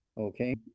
Okay